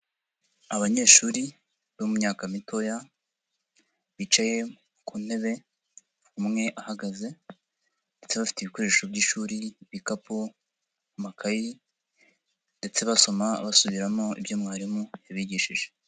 Abanyeshuri bo mu myaka mitoya, bicaye ku ntebe, umwe ahagaze ndetse bafite ibikoresho by'ishuri, ibikapu, amakayi ndetse basoma basubiramo ibyo mwarimu yabigishije.